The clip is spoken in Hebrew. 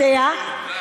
זה היה בדיוק הסכום.